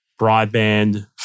broadband